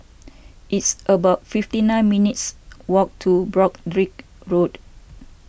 it's about fifty nine minutes' walk to Broadrick Road